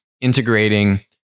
integrating